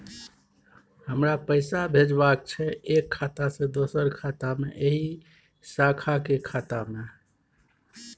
हमरा पैसा भेजबाक छै एक खाता से दोसर खाता मे एहि शाखा के खाता मे?